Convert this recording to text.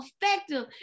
effective